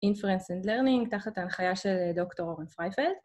inference and learning תחת ההנחיה של דוקטור אורן פרייפלד